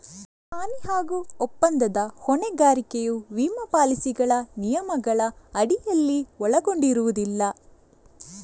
ಹಾನಿ ಹಾಗೂ ಒಪ್ಪಂದದ ಹೊಣೆಗಾರಿಕೆಯು ವಿಮಾ ಪಾಲಿಸಿಗಳ ನಿಯಮಗಳ ಅಡಿಯಲ್ಲಿ ಒಳಗೊಂಡಿರುವುದಿಲ್ಲ